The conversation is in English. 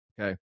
Okay